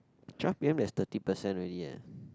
twelve P_M has thirty percent already eh